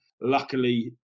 Luckily